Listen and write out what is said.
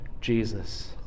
Jesus